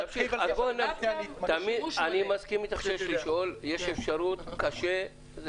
אני מסכים אתך שיש אפשרות, קשה.